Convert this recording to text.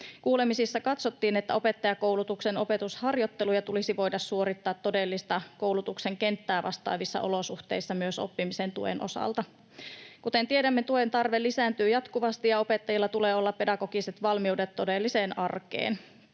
Kuulemisissa katsottiin, että opettajakoulutuksen opetusharjoitteluja tulisi voida suorittaa todellista koulutuksen kenttää vastaavissa olosuhteissa myös oppimisen tuen osalta. Kuten tiedämme, tuen tarve lisääntyy jatkuvasti, ja opettajilla tulee olla pedagogiset valmiudet todelliseen arkeen.